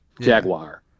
Jaguar